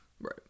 Right